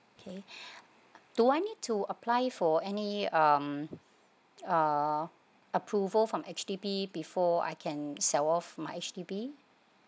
okay do I need to apply for any um uh approval from H_D_B before I can sell off my H_D_B